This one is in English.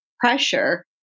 pressure